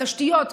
על תשתיות.